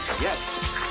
yes